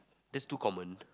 that's too common